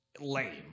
lame